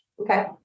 okay